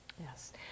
Yes